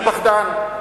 אני פחדן,